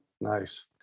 Nice